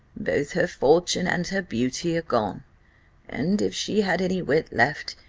both her fortune and her beauty are gone and if she had any wit left,